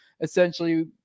essentially